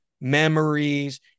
memories